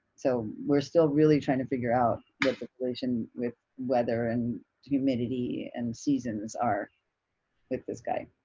so we're still really trying to figure out what the relation with weather and humidity and seasons are with this guy.